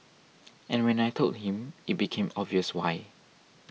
and when I told him it became obvious why